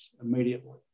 immediately